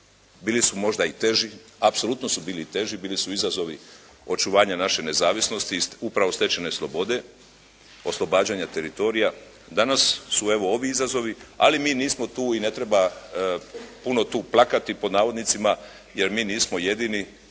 bili su možda i teži, apsolutno su bili teži, bili su izazovi očuvanja naše nezavisnosti i upravo stečene slobode, oslobađanja teritorija. Danas su evo ovi izazovi, ali mi nismo tu i ne treba puno tu "plakati" jer mi nismo jedini,